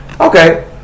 Okay